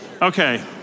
Okay